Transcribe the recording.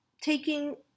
taking